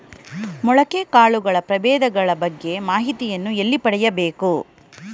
ಮೊಳಕೆ ಕಾಳುಗಳ ಪ್ರಭೇದಗಳ ಬಗ್ಗೆ ಮಾಹಿತಿಯನ್ನು ಎಲ್ಲಿ ಪಡೆಯಬೇಕು?